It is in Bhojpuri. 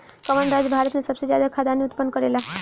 कवन राज्य भारत में सबसे ज्यादा खाद्यान उत्पन्न करेला?